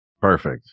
Perfect